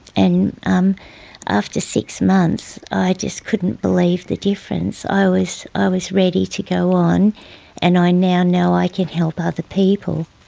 and um after six months, i just couldn't believe the difference. i was i was ready to go on and i now know i can help other people.